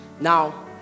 Now